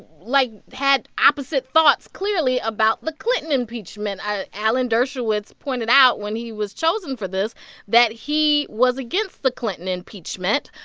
like, had opposite thoughts clearly about the clinton impeachment. ah alan dershowitz pointed out when he was chosen for this that he was against the clinton impeachment,